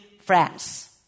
France